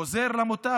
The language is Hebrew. חוזר למוטב,